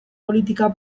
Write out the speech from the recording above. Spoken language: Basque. politika